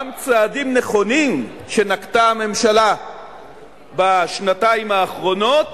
גם צעדים נכונים שנקטה הממשלה בשנתיים האחרונות